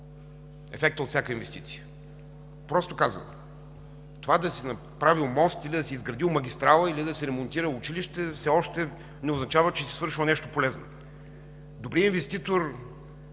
ефектът от всяка инвестиция, просто казано. Това да си направил мост или да си изградил магистрала, или да си ремонтирал училище, все още не означава, че си свършил нещо полезно. Добрият инвеститор